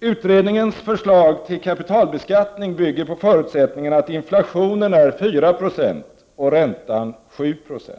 Utredningens förslag till kapitalbeskattning bygger på förutsättningen att inflationen är 4 96 och räntan 7 70.